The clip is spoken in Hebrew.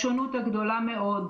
השונות הגדולה מאוד,